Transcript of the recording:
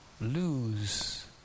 lose